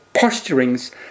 posturings